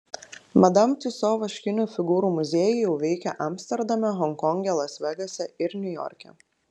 madam tiuso vaškinių figūrų muziejai jau veikia amsterdame honkonge las vegase ir niujorke